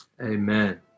amen